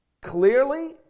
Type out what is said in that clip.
Clearly